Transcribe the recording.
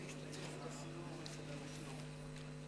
2814, 2830, 2832